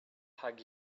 hug